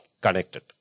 connected